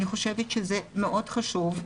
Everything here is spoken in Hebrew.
אני חושבת שזה מאוד חשוב,